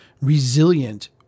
resilient